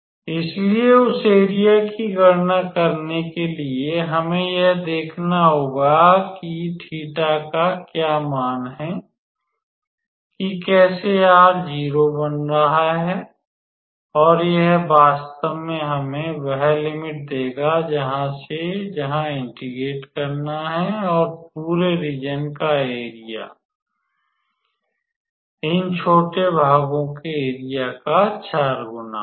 इसलिए उस एरिया की गणना करने के लिए हमें यह देखना होगा कि थीटा का क्या मान है कि कैसे r 0 बन रहा है और यह वास्तव में हमें वह लिमिट देगा जहां से जहां इंटेग्रेट करना है और पूरे रीज़न का एरिया इन छोटे भागों के एरिया का 4 गुना होगा